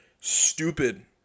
stupid